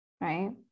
right